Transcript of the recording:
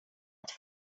att